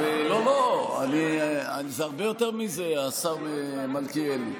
לא, לא, זה הרבה יותר מזה, השר מלכיאלי.